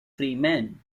freeman